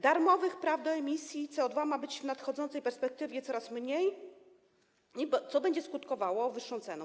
Darmowych praw do emisji CO2 ma być w nadchodzącej perspektywie coraz mniej, co będzie skutkowało wyższą ceną.